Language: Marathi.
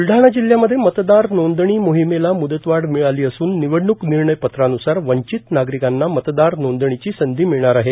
ब्लडाणा जिल्ह्यामध्ये मतदार नोंदणी मोहिमेला मुदतवाढ मिळाली असून निवडणुक निर्णय पत्रानुसार वंचित नागरिकांना मतदार नोंदणीची संधी मिळणार आहे